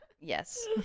Yes